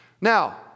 Now